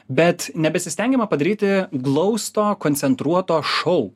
bet nebesistengiama padaryti glausto koncentruoto šou